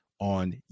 on